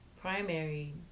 primary